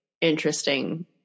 interesting